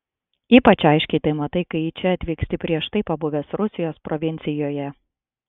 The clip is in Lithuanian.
ypač aiškiai tai matai kai į čia atvyksti prieš tai pabuvęs rusijos provincijoje